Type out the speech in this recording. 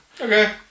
okay